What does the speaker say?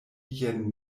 jen